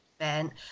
event